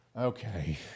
okay